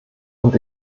und